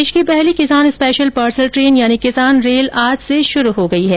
देश की पहली किसान स्पेशल पार्सल ट्रेन यानी किसान रेल आज से शुरू हो गई है